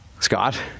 Scott